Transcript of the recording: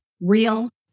real